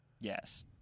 Yes